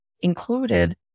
included